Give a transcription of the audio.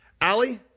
Allie